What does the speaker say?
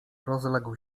rozległ